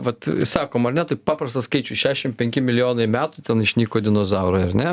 vat sakom ar ne taip paprasta skaičių šešim penki milijonai metų ten išnyko dinozaurai ar ne